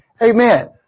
Amen